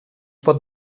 pot